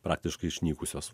praktiškai išnykusios